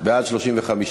3 נתקבלו.